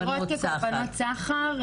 הן מוכרות כקורבנות סחר,